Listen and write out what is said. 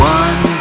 one